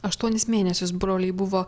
aštuonis mėnesius broliai buvo